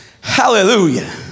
Hallelujah